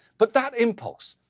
but that impulse,